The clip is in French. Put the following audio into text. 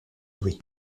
doué